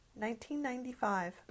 1995